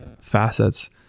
facets